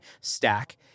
stack